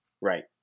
Right